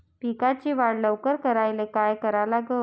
पिकाची वाढ लवकर करायले काय करा लागन?